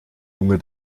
junge